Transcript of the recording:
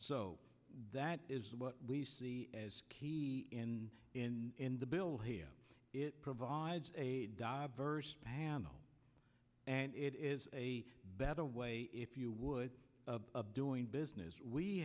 so that is what we see as key in in the bill here it provides a diverse panel and it is a better way if you would of doing business we